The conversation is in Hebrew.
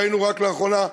ראינו רק לאחרונה,